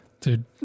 Dude